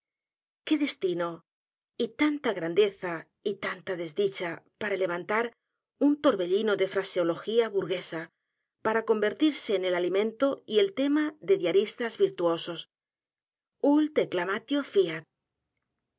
s tino y tanta grandeza y tanta desdicha para levant a r un torbellino de fraseología burguesa para convertirse en el alimento y el t e m a de diaristas virtuosos ut declamatio flat